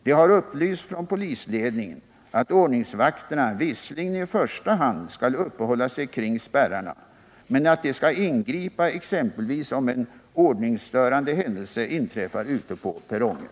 Det har upplysts från polisledningen att ordningsvakterna visserligen i första hand skall uppehålla sig kring spärrarna men att de skall ingripa exempelvis om en ordningsstörande händelse inträffar ute på perrongen.